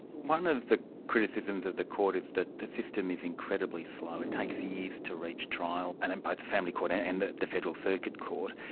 one of the criticisms of the court is that the system is incredibly slow, it takes years to reach trial, and in both the family court and and the the federal circuit court,